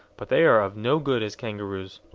but they are of no good as kangaroos.